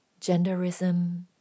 genderism